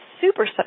super